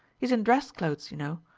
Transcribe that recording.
he's in dress clothes, you know.